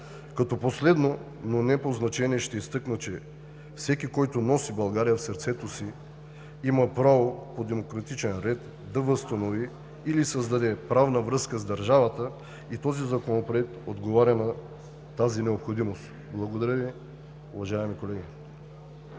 Като последно, но не по значение, ще изтъкна, че всеки, които носи България в сърцето си, има право по демократичен ред да възстанови или създаде правна връзка с държавата. Този законопроект отговаря на тази необходимост. Благодаря. (Ръкопляскания